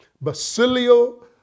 Basilio